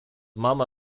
mamma